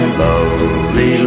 lovely